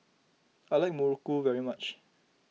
I like Muruku very much